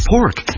Pork